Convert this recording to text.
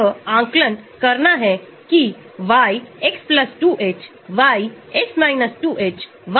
इसके अलावा स्थिति के आधार पर आप कर सकते हैं और समूह का प्रकार आपके पास विभिन्न dissociation constant हो सकते हैं